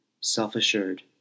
self-assured